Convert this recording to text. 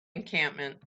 encampment